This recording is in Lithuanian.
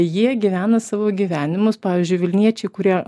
jie gyvena savo gyvenimus pavyzdžiui vilniečiai kurie